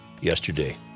yesterday